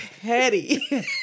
petty